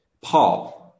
Paul